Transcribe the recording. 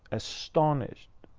astonished,